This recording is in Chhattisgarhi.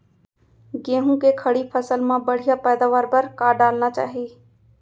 गेहूँ के खड़ी फसल मा बढ़िया पैदावार बर का डालना चाही?